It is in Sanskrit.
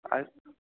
अस्तु